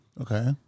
okay